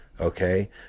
okay